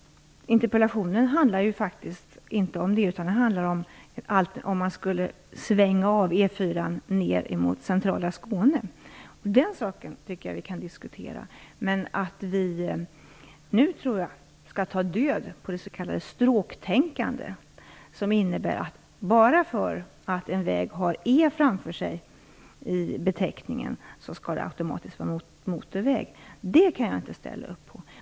Interpellationen handlar faktiskt inte om det. Den handlar om ifall man skall svänga av E 4:an ned mot centrala Skåne. Den saken tycker jag vi kan diskutera, men jag tror att vi nu skall ta död på det s.k. stråktänkande som innebär att det automatiskt skall vara motorväg om en väg har ett E i beteckningen. Det kan jag inte ställa upp på.